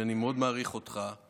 שאני מאוד מעריך אותך,